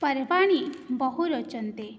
पर्वाणि बहु रोचन्ते